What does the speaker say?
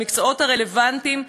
למקצועות הרלוונטיים,